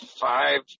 five